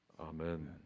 amen